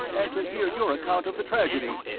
and to hear your account of the tragedy.